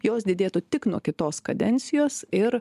jos didėtų tik nuo kitos kadencijos ir